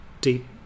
deep